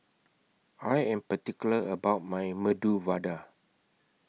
I Am particular about My Medu Vada